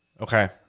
okay